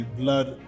blood